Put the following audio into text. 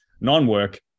non-work